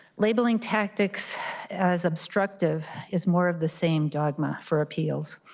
labeling tactics as obstructive is more of the same dogma for appeals.